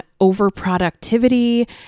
overproductivity